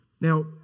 Now